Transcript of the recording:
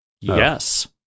Yes